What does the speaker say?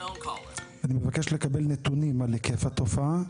אני מבקש לקבל נתונים על היקף התופעה,